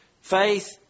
faith